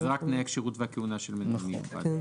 אז רק תנאי הכשירות והכהונה של מנהל מיוחד.